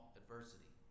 adversity